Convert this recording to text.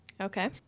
Okay